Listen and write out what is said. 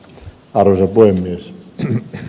arvoisa puhemies